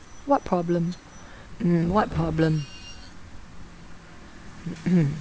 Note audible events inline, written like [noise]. what problem mm what problem [noise]